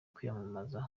kwiyamamaza